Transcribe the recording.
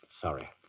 Sorry